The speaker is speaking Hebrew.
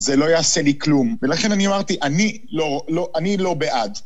זה לא יעשה לי כלום, ולכן אני אמרתי, אני לא בעד.